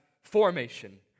formation